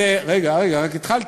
רגע, רק התחלתי.